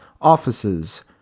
offices